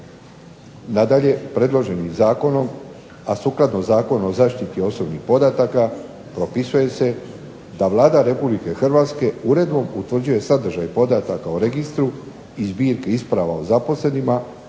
Nadalje, predloženim zakonom, a sukladno Zakonu o zaštiti osobnih podataka propisuje se da Vlada Republike Hrvatske uredbom utvrđuje sadržaj podataka o registru i zbirke isprava o zaposlenima,